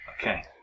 Okay